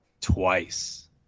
twice